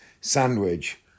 sandwich